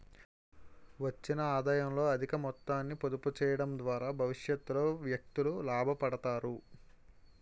వచ్చిన ఆదాయంలో అధిక మొత్తాన్ని పొదుపు చేయడం ద్వారా భవిష్యత్తులో వ్యక్తులు లాభపడతారు